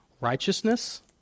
righteousness